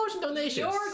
donations